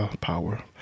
power